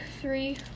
three